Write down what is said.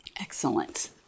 Excellent